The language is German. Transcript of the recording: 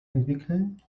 entwickeln